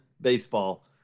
baseball